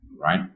right